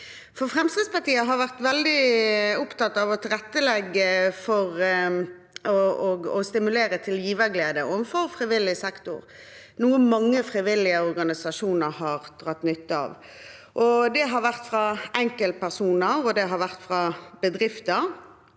Fremskrittspartiet har vært veldig opptatt av å tilrettelegge for å stimulere til giverglede overfor frivillig sektor, noe mange frivillige organisasjoner har dratt nytte av. Det har vært fra enkeltpersoner og bedrifter.